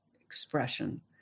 expression